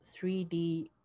3D